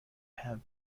have